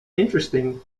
interesting